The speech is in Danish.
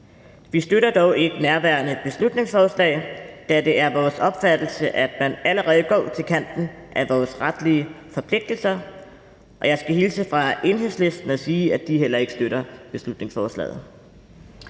Vi støtter dog ikke nærværende beslutningsforslag, da det er vores opfattelse, at man allerede går til kanten af vores retlige forpligtelser. Og jeg skal hilse fra Enhedslisten og sige, at de heller ikke støtter beslutningsforslaget.